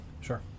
Sure